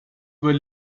were